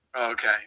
Okay